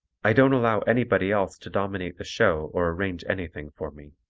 i don't allow anybody else to dominate the show or arrange anything for me.